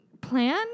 plan